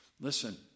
Listen